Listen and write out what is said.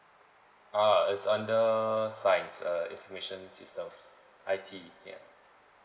ah it's under science uh information system I_T yeah